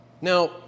Now